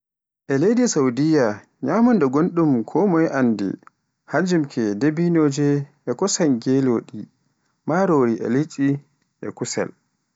E leydi Saudi nyamunda gonɗum konmoye anndi e hannjum ke dabinoje, e kosan jeloɗi, marori e liɗɗi e kusel.